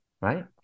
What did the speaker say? Right